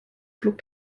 flog